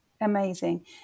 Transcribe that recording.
amazing